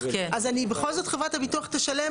אז אני בכל זאת חברת הביטוח תשלם?